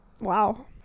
Wow